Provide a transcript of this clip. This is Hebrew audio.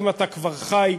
"אם אתה כבר חי,